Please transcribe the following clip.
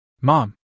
Mom